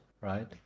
right